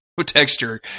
texture